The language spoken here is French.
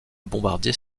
bombardiers